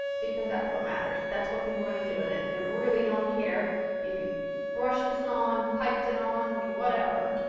because that's what matters. that's what people are going to do with it. they really don't care if you brush this on, piped it on, whatever.